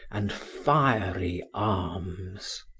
and fiery arms.